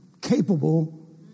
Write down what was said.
capable